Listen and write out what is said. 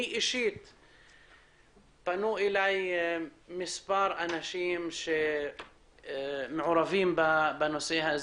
פנו אלי מספר אנשים שמעורבים בנושא,